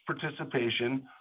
participation